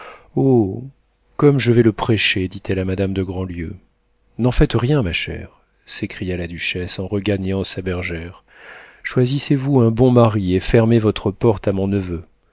comme je vais le prêcher dit-elle à madame de grandlieu n'en faites rien ma chère s'écria la duchesse en regagnant sa bergère choisissez vous un bon mari et fermez votre porte à mon neveu